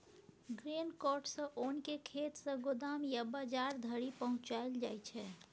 grain cart सँ ओन केँ खेत सँ गोदाम या बजार धरि पहुँचाएल जाइ छै